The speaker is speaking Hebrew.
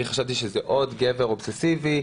אני חשבתי שזה עוד גבר אובססיבי,